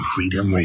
Freedom